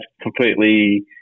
completely